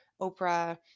Oprah